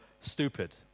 stupid